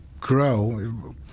grow